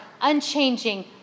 unchanging